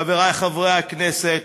חברי חברי הכנסת,